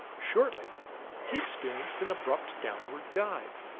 shortly he experienced an abrupt downward dive,